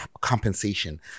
compensation